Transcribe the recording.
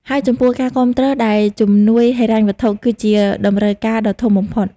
ហើយចំពោះការគាំទ្រ ដែលជំនួយហិរញ្ញវត្ថុ គឺជាតម្រូវការដ៏ធំបំផុត។